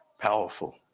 powerful